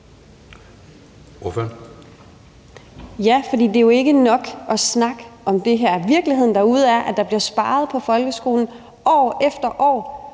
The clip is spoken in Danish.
Ja, for det er jo ikke nok at snakke om det her. Virkeligheden derude er, at der er blevet sparet på folkeskolen år efter år,